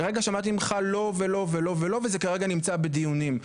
כרגע שמעתי ממך לא ולא ולא וזה כרגע נמצא בדיונים,